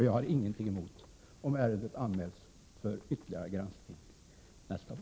Jag har ingenting emot att ärendet anmäls för ytterligare granskning nästa år.